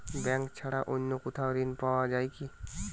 Bank ছাড়া অন্য কোথাও ঋণ পাওয়া যায় কি?